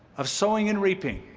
of sowing and reaping.